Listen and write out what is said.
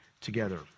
together